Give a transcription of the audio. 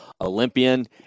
Olympian